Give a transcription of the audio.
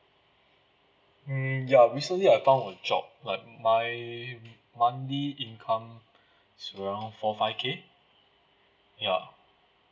mm yup recently I found a job like my monthly income is around four five K ya